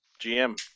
GM